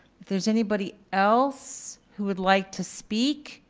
there's anybody else who would like to speak,